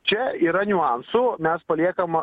čia yra niuansų mes paliekam